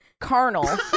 Carnal